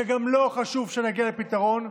שגם לו חשוב שנגיע לפתרון,